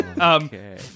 Okay